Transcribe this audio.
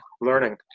learning